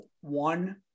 one